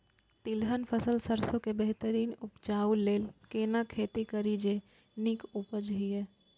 तिलहन फसल सरसों के बेहतरीन उपजाऊ लेल केना खेती करी जे नीक उपज हिय?